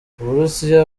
uburusiya